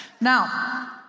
Now